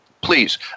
please